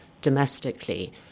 domestically